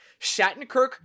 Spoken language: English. Shattenkirk